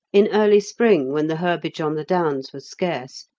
in early spring when the herbage on the downs was scarce,